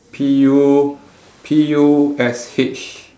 P U P U S H